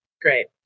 great